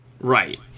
Right